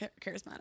charismatic